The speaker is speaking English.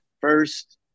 first